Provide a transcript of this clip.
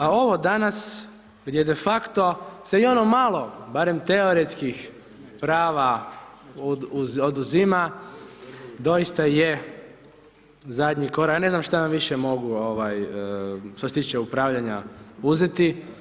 A ovo danas gdje defakto se i ono malo barem teoretskih prava oduzima, doista je zadnji korak, ja ne znam šta vam više mogu što se tiče upravljanja, uzeti.